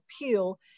appeal